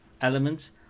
Elements